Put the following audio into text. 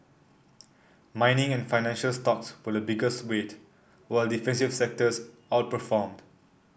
mining and financial stocks were the biggest weight while defensive sectors outperformed